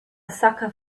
sucker